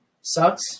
sucks